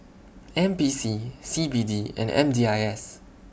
N P C C B D and M D I S